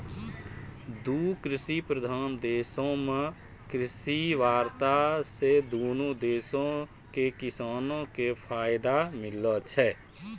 दु कृषि प्रधान देशो मे कृषि वार्ता से दुनू देशो के किसानो के फायदा मिलै छै